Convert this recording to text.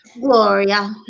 Gloria